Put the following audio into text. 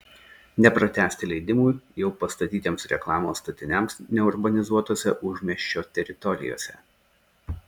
nepratęsti leidimų jau pastatytiems reklamos statiniams neurbanizuotose užmiesčio teritorijose